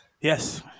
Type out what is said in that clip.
Yes